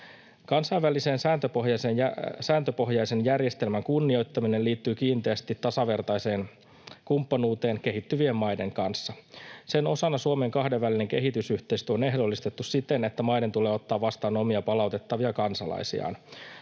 Kansainvälisen sääntöpohjaisen järjestelmän kunnioittaminen liittyy kiinteästi tasavertaiseen kumppanuuteen kehittyvien maiden kanssa. Sen osana Suomen kahdenvälinen kehitysyhteistyö on ehdollistettu siten, että maiden tulee ottaa vastaan omia palautettavia kansalaisiaan.